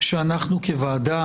שאנחנו כוועדה,